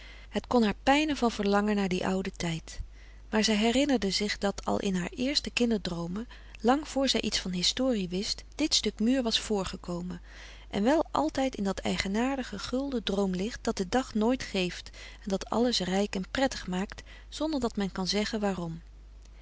het kon haar pijnen van verlangen naar dien ouden tijd maar zij herinnerde zich dat al in haar eerste kinderdroomen lang voor zij iets van historie wist dit stuk muur was voorgekomen en wel altijd in dat eigenaardige gulden droomlicht dat de dag nooit geeft en dat alles rijk en prettig maakt zonder dat men kan zeggen waarom